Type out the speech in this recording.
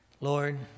Lord